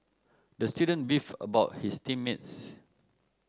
the student beef about his team mates